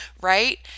right